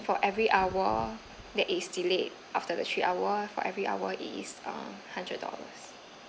for every hour that is delayed after the three hour for every hour is uh hundred dollars